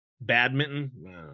badminton